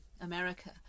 America